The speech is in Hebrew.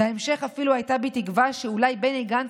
בהמשך אפילו הייתה בי תקווה שאולי בני גנץ